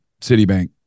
Citibank